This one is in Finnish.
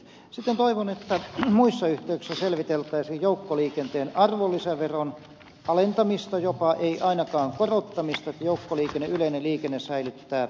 sitten toivon että muissa yhteyksissä selviteltäisiin joukkoliikenteen arvonlisäveron alentamista jopa ei ainakaan korottamista että joukkoliikenne yleinen liikenne säilyttää kilpailukykynsä